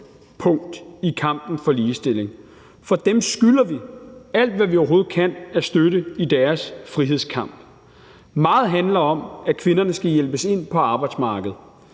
nøglepunkt i kampen for ligestilling. For dem skylder vi – alt, hvad vi overhovedet kan – støtte i deres frihedskamp. Meget handler om, at kvinderne skal hjælpes ind på arbejdsmarkedet.